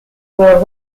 will